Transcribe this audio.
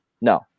No